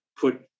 put